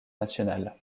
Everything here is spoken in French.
national